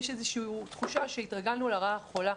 יש איזושהי תחושה שהתרגלנו לרעה החולה.